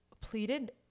pleaded